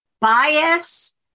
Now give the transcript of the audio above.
bias